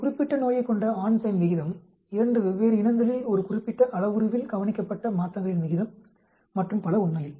ஒரு குறிப்பிட்ட நோயைக் கொண்ட ஆண் பெண் விகிதம் 2 வெவ்வேறு இனங்களில் ஒரு குறிப்பிட்ட அளவுருவில் கவனிக்கப்பட்ட மாற்றங்களின் விகிதம் மற்றும் பல உண்மையில்